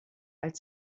als